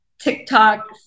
TikTok